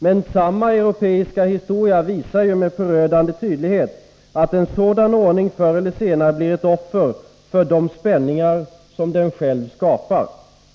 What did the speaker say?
Men samma europeiska historia visar med förödande tydlighet, att en sådan ordning förr eller senare blir ett offer för de spänningar som den själv skapar.